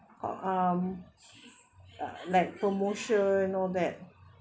um like promotion all that